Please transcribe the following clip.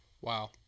Wow